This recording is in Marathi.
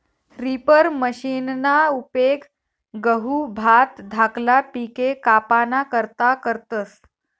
रिपर मशिनना उपेग गहू, भात धाकला पिके कापाना करता करतस